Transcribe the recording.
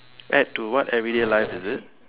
add to what everyday life is it